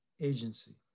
agency